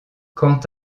quant